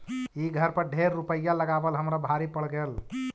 ई घर पर ढेर रूपईया लगाबल हमरा भारी पड़ गेल